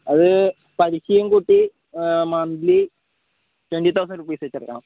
അത് പലിശയും കൂട്ടി മന്തിലി ട്വൻ്റി തൗസൻ്റ് റുപ്പീസ് വച്ചടക്കണം